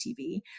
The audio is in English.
TV